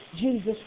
Jesus